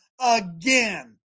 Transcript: again